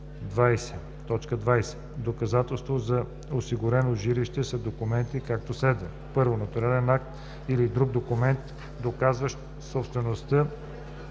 20: „20. „Доказателства за осигурено жилище“ са документи, както следва: 1. нотариален акт или друг документ, доказващ собствеността